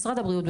משרד הבריאות.